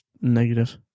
negative